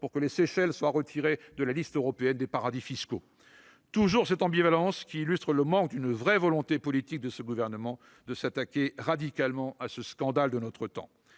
pour que les Seychelles soient retirées de la liste des paradis fiscaux ... Toujours cette ambivalence qui illustre le manque d'une véritable volonté politique du Gouvernement de s'attaquer radicalement à ce scandale de notre temps